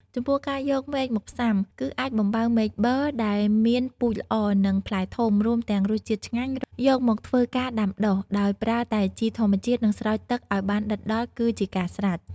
ចំពោះការយកមែកមកផ្សាំ គឺអាចបំបៅមែកប័រ ដែលមានពូជល្អ និងផ្លែធំ រួមទាំងរសជាតិឆ្ងាញ់ យកមកធ្វើការដាំដុះ ដោយប្រើតែជីធម្មជាតិ និងស្រោចទឹកឲ្យបានដិតដល់ គឺជាការស្រេច។